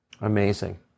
Amazing